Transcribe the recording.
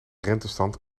rentestand